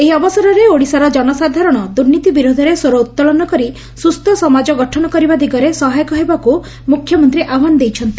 ଏହି ଅବସରରେ ଓଡ଼ିଶାର ଜନସାଧାରଣ ଦୂର୍ନୀତି ବିରୋଧରେ ସ୍ୱର ଉତ୍ତୋଳନ କରି ସୁସ୍କ ସମାଜ ଗଠନ କରିବା ଦିଗରେ ସହାୟକ ହେବାକୁ ମୁଖ୍ୟମନ୍ତୀ ଆହ୍ବାନ ଦେଇଛନ୍ତି